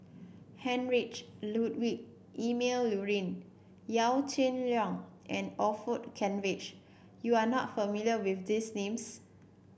Heinrich Ludwig Emil Luering Yaw Shin Leong and Orfeur Cavenagh you are not familiar with these names